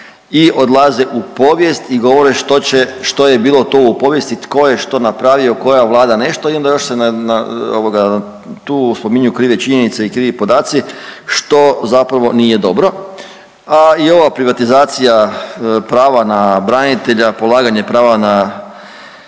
i odlaze u povijest i govore što će, što je bilo to u povijesti, tko je što napravio, koja vlada nešto i onda još se na, na, na ovoga, tu spominju krive činjenice i krivi podaci što zapravo nije dobro, a i ova privatizacija prava na branitelja, polaganje prava na